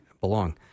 belong